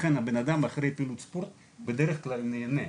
לכן האדם לאחר פעילות ספורט בדרך כלל נהנה,